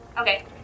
Okay